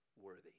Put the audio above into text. worthy